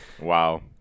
Wow